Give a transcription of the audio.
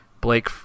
Blake